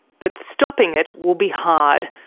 but stopping it will be hard.